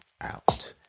out